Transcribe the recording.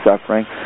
suffering